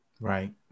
right